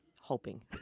hoping